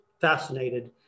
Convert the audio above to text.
fascinated